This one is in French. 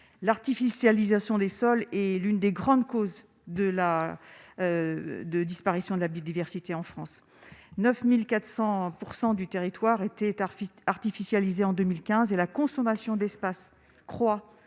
l'artificialisation des sols et l'une des grandes causes de la disparition de la biodiversité en France 9400 % du territoire était artiste artificialiser en 2015 et la consommation d'espace croît